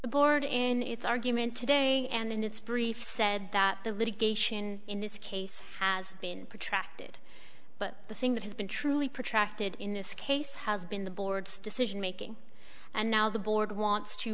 the board in its argument today and in its brief said that the litigation in this case has been protected but the thing that has been truly protracted in this case has been the board's decision making and now the board wants to